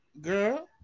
girl